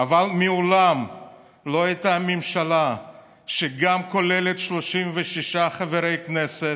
אבל מעולם לא הייתה ממשלה שגם כוללת 36 שרים כנסת,